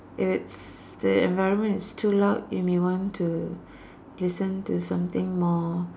if it's the environment is too loud you may want to listen to something more